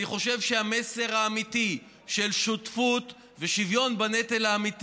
אני חושב שהמסר האמיתי של שותפות ושוויון בנטל זה